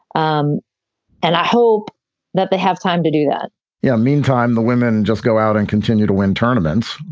um and i hope that they have time to do that yeah meantime, the women just go out and continue to win tournaments.